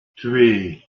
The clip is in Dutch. twee